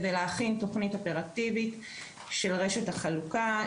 יש להכין תכנית אופרטיבית של רשת החלוקה,